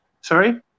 Sorry